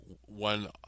one